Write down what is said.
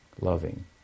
loving